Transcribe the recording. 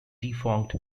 defunct